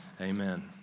Amen